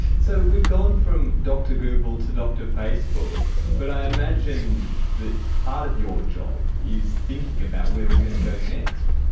so we've gone from dr google to dr facebook, but i imagine that part of your job is thinking about where we're going to go next.